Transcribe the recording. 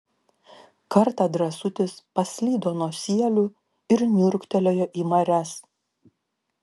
kartą drąsutis paslydo nuo sielių ir niurktelėjo į marias